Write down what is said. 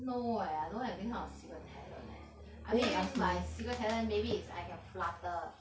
no eh I don't have this kind of secret talent eh I mean my secret talent maybe is I can flutter